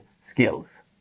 skills